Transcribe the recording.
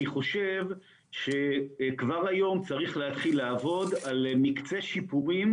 אני חושב שכבר היום צריך להתחיל לעבוד על מקצה שיפורים